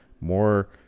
more